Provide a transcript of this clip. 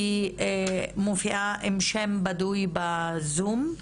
היא מופיעה עם שם בדוי בזום,